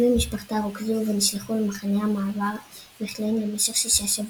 היא ומשפחתה רוכזו ונשלחו למחנה המעבר מכלן למשך שישה שבועות.